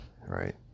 right